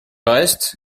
reste